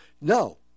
No